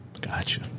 Gotcha